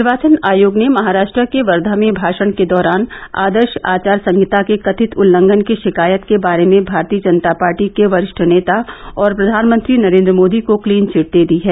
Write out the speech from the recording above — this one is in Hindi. निर्वाचन आयोग के महाराष्ट्र में वर्धा में भाषण के दौरान आदर्श आचार संहिता के कथित उल्लंघन की शिकायत के बारे में भारतीय जनता पार्टी के वरिष्ठ नेता और प्रधानमंत्री नरेन्द्र मोदी को क्लीन चिट दे दी है